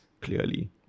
clearly